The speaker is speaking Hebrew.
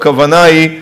הכוונה היא,